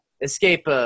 escape